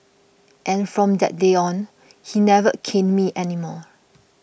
and from that day on he never caned me anymore